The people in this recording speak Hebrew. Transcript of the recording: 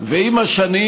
במרפסת של